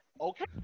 Okay